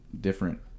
different